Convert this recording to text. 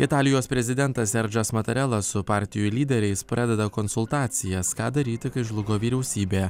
italijos prezidentas serdžas matarela su partijų lyderiais pradeda konsultacijas ką daryti kai žlugo vyriausybė